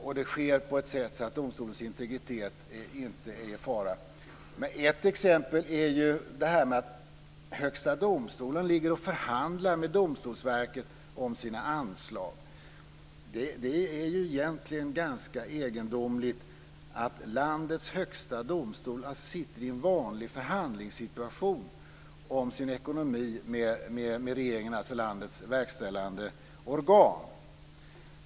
Och det sker på ett sådant sätt att domstolens integritet inte är i fara. Ett exempel är att Högsta domstolen förhandlar med Domstolsverket om sina anslag. Det är ju egentligen ganska egendomligt att landets högsta domstol sitter i en vanlig förhandlingssituation om sin ekonomi med regeringen, alltså landets verkställande organ.